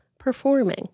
performing